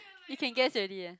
you can guess already eh